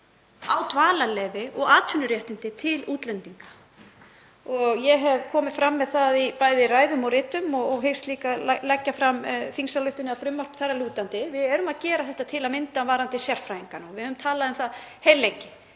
á dvalarleyfi og atvinnuréttindi til útlendinga. Ég hef komið fram með það í bæði ræðum og riti og hyggst líka leggja fram þingsályktunartillögu eða frumvarp þar að lútandi. Við erum að gera þetta til að mynda varðandi sérfræðingana og við höfum talað um það heillengi